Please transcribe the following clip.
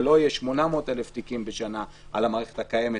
ולא יהיו 800,000 תיקים בשנה על המערכת הקיימת